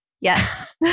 Yes